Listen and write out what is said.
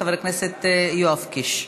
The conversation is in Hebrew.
חבר הכנסת יואב קיש.